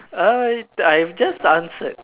uh I've just answered